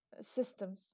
system